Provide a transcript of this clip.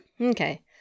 Okay